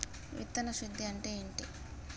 విత్తన శుద్ధి అంటే ఏంటి?